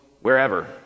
wherever